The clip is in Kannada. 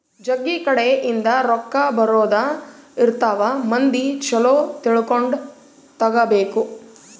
ಜಗ್ಗಿ ಕಡೆ ಇಂದ ರೊಕ್ಕ ಬರೋದ ಇರ್ತವ ಮಂದಿ ಚೊಲೊ ತಿಳ್ಕೊಂಡ ತಗಾಬೇಕು